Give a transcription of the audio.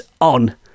on